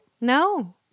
No